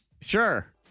Sure